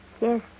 Yes